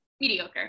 mediocre